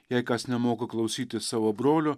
jei kas nemoka klausyti savo brolio